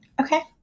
Okay